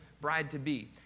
bride-to-be